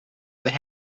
other